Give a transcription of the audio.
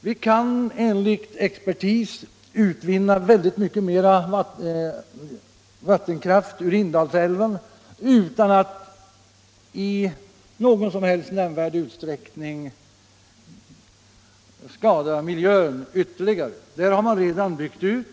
Vi kan enligt expertis utvinna väldigt mycket mer vattenkraft ur Indalsälven utan att i någon nämnvärd utsträckning skada miljön ytterligare. Den älven har man redan byggt ut.